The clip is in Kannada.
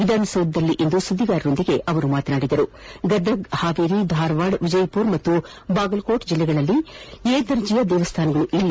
ವಿಧಾನಸೌಧದಲ್ಲಿಂದು ಸುದ್ದಿಗಾರರೊಂದಿಗೆ ಮಾತನಾಡಿದ ಸಚಿವರು ಗದಗ ಹಾವೇರಿ ಧಾರವಾಡ ವಿಜಯಪುರ ಹಾಗೂ ಬಾಗಲಕೋಟೆ ಜಿಲ್ಲೆಗಳಲ್ಲಿ ಎ ದರ್ಜೆಯ ದೇವಾಲಯಗಳಿಲ್ಲ